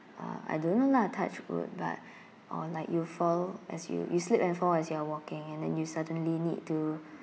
uh I don't know lah touch wood but or like you fall as you you slip and fall as you are walking and then you suddenly need to